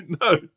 no